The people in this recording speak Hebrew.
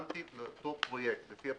שרלוונטית לאותו פרויקט לפי הפוליגונים,